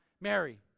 Mary